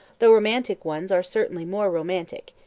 the romantic ones are certainly more romantic,